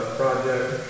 project